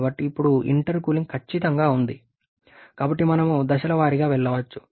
కాబట్టి ఇప్పుడు ఇంటర్కూలింగ్ ఖచ్చితంగా ఉంది కాబట్టి మనం దశలవారీగా వెళ్ళవచ్చు